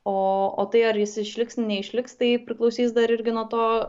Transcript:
o o tai ar jis išliks neišliks tai priklausys dar irgi nuo to